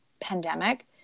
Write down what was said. pandemic